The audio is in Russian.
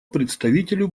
представителю